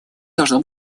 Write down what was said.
должно